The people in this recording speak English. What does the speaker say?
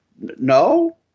no